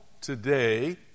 today